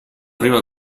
prima